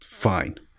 Fine